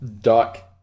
Duck